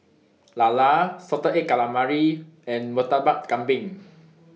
Lala Salted Egg Calamari and Murtabak Kambing